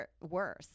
worse